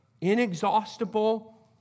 inexhaustible